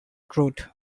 truth